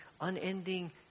unending